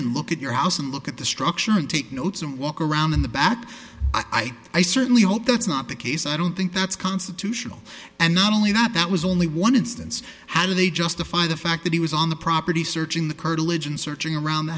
and look at your house and look at the structure and take notes and walk around in the back i certainly hope that's not the case i don't think that's constitutional and not only that that was only one instance how do they justify the fact that he was on the property searching the curtilage and searching around the